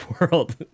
world